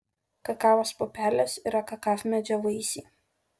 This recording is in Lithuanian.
kakavos pupelės yra kakavmedžio vaisiai